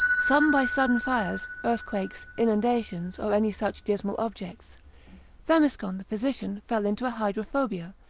some by sudden fires, earthquakes, inundations, or any such dismal objects themiscon the physician fell into a hydrophobia,